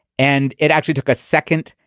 and it actually took a second.